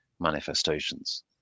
manifestations